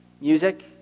Music